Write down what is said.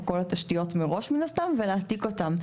מן הסתם אינטרס לדעת איפה כל התשתיות מראש ולהעתיק אותן.